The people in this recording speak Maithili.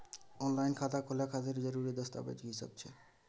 ऑनलाइन खाता खोले खातिर जरुरी दस्तावेज की सब छै?